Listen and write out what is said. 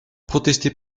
protestait